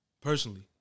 Personally